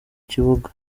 kibuga